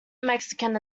mexican